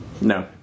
No